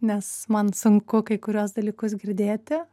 nes man sunku kai kuriuos dalykus girdėti